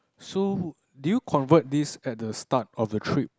so did you convert this at the start of the trip